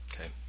Okay